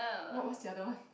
what was the other one